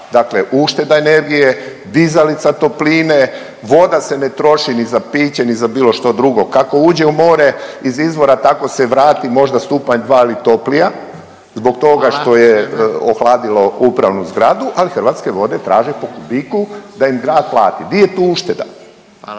Dakle, ušteda energije, dizalica topline, voda se ne troši ni za piće ni za bilo što drugo. Kako uđe u more iz izvora tako se vrati možda stupanj, dva toplija zbog toga što je ohladilo upravnu zgradu. Ali Hrvatske vode traže po kubiku da im grad plati. Di je tu ušteda?